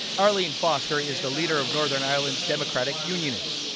arlene foster is the leader of northern ireland's democratic unionists,